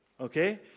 okay